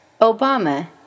Obama